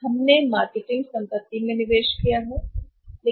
हमने मार्केटिंग में निवेश किया है संपत्ति